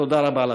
תודה רבה לכם.